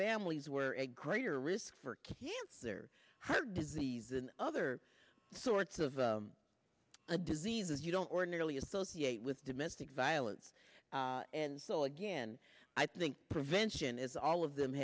families were a greater risk for her disease and other sorts of diseases you don't ordinarily associate with domestic violence and so again i think prevention is all of them